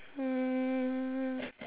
um